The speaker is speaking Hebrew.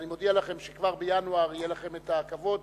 ואני מודיע לכם שכבר בינואר יהיה לכם הכבוד